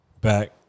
Back